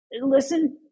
listen